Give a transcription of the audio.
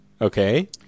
Okay